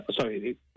Sorry